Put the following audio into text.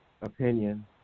opinion